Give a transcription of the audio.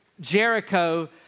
Jericho